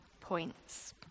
points